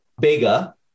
bigger